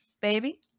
Baby